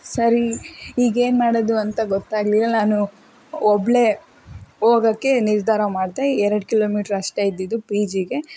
ಸರಿ ಈಗೇನ್ಮಾಡೋದು ಅಂತ ಗೊತ್ತಾಗಲಿಲ್ಲ ನಾನು ಒಬ್ಬಳೇ ಹೋಗಕ್ಕೆ ನಿರ್ಧಾರ ಮಾಡಿದೆ ಎರಡು ಕಿಲೋಮೀಟರ್ ಅಷ್ಟೇ ಇದ್ದಿದ್ದು ಪಿ ಜಿಗೆ